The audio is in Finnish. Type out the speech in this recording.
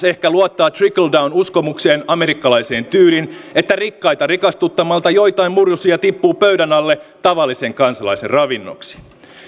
ehkä luottaa trickle down uskomukseen amerikkalaiseen tyyliin että rikkaita rikastuttamalla joitain murusia tippuu pöydän alle tavallisen kansalaisen ravinnoksi